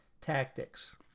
tactics